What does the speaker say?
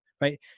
Right